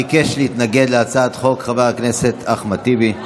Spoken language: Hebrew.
ביקש להתנגד להצעת החוק חבר הכנסת אחמד טיבי.